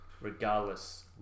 regardless